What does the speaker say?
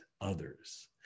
others